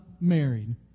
married